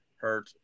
hurt